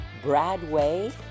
Bradway